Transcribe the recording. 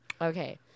Okay